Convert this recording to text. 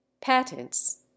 patents